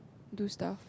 do stuff